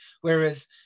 whereas